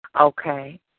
Okay